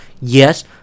Yes